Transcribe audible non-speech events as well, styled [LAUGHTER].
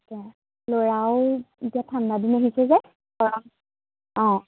এতিয়া ল'ৰাও এতিয়া ঠাণ্ডাদিন আহিছে যে [UNINTELLIGIBLE]